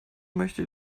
möchte